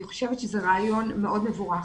אני חושבת שזה רעיון מאוד מבורך.